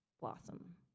blossom